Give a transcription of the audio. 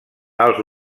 els